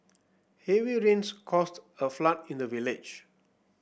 heavy rains caused a flood in the village